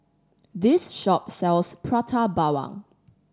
this shop sells Prata Bawang